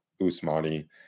Usmani